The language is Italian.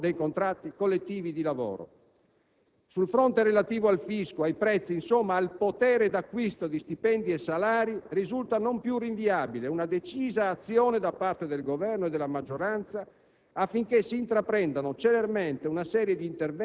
per dare corso rapidamente, ad esempio, al rinnovo dei contratti collettivi di lavoro. Sul fronte relativo al fisco, ai prezzi, insomma al potere d'acquisto di stipendi e salari, risulta non più rinviabile una decisa azione da parte del Governo e della maggioranza